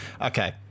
Okay